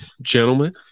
Gentlemen